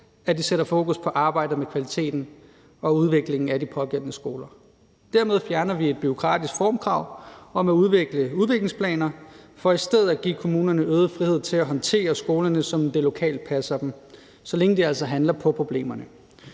at de sætter fokus på arbejdet med kvaliteten og udviklingen af de pågældende skoler. Dermed fjerner vi et bureaukratisk formkrav om at udarbejde udviklingsplaner for i stedet at give kommunerne øget frihed til at håndtere skolerne, som det lokalt passer dem – så længe de altså handler på problemerne.